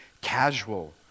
casual